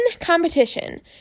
competition